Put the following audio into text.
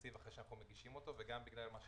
בתקציב אחרי שאנחנו מגישים אותו וגם בגלל מה שאמרתי,